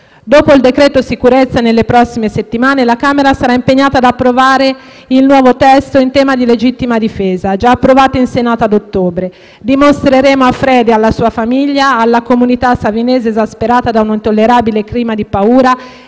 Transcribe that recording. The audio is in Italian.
decreto sicurezza, nelle prossime settimane la Camera dei deputati sarà impegnata a approvare il nuovo testo in tema di legittima difesa, già approvato in Senato nell'ottobre scorso. Dimostreremo a Fredy, alla sua famiglia, alla comunità savinese esasperata da un intollerabile clima di paura